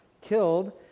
killed